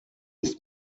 ist